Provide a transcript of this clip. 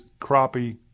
crappie